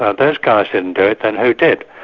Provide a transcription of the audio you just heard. ah those guys didn't do it, then who did?